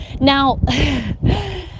Now